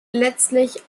letztlich